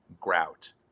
grout